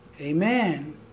Amen